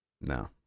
no